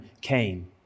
came